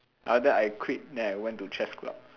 after I quit then I went to chess club